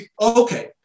okay